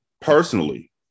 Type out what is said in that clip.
personally